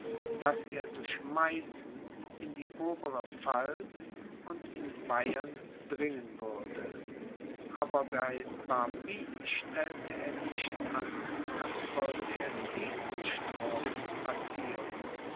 daß er durch meißen in die obere pfalz und in bayern dringen würde auch bei barby stellte er sich an als wollte er diesen strom passieren